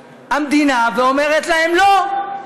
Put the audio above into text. באה המדינה ואומרת להן, לא.